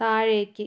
താഴേക്ക്